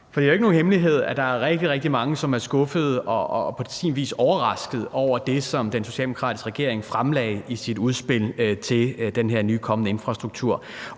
Det er jo ikke nogen hemmelighed, at der er rigtig, rigtig mange, der er skuffede og på sin vis også overraskede over det, som den socialdemokratiske regering fremlagde i sit udspil til den nye kommende infrastruktur.